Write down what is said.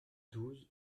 douze